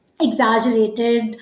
exaggerated